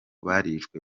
barishwe